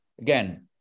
again